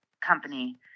company